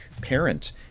parent